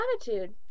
attitude